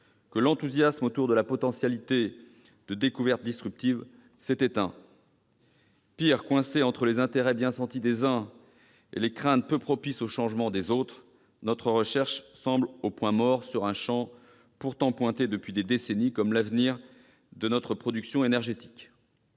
que l'enthousiasme suscité par la potentialité de découvertes disruptives s'est éteint. Pis, coincée entre les intérêts bien sentis que défendent les uns et les craintes peu propices au changement qu'éprouvent les autres, notre recherche semble au point mort, dans un champ pourtant désigné depuis des décennies comme l'avenir de notre production énergétique.